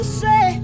say